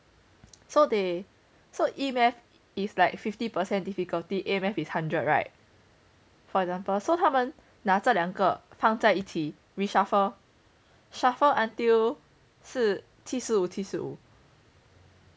so they so E maths is like fifty percent difficulty A math is hundred right for example so 他们拿这两个放在一起 reshuffle shuffle until 是七十五七十五